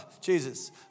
Jesus